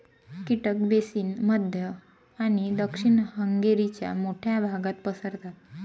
कीटक बेसिन मध्य आणि दक्षिण हंगेरीच्या मोठ्या भागात पसरतात